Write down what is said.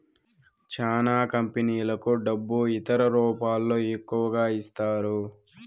చానా కంపెనీలకు డబ్బు ఇతర రూపాల్లో ఎక్కువగా ఇస్తారు